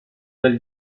del